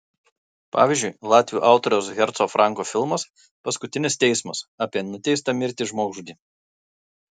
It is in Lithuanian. pavyzdžiui latvių autoriaus herco franko filmas paskutinis teismas apie nuteistą mirti žmogžudį